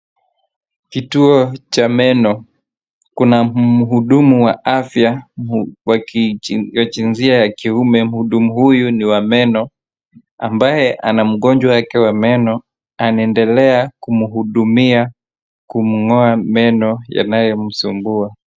Kituo cha meno ,kuna mduhumu wa afya wa kijinsi ya kiume. Mhudumu huyu ni wa meno ambaye ana mgonjwa wake wa meno anaendelea kumhudumia kumgoa meno yanayomsumbua.